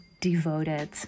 Devoted